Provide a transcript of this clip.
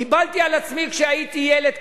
קיבלתי על עצמי כשהייתי ילד קטן,